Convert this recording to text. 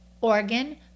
Organ